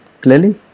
clearly